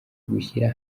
gushyira